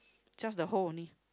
just the hole only